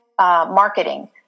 marketing